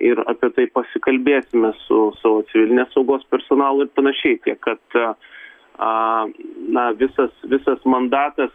ir apie tai pasikalbėsime su savo civilinės saugos personalu panašiai tiek kad tu a na visas visas mandatas